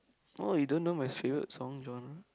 oh you don't know my favourite song genre